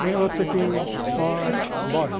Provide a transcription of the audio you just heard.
university smart boy.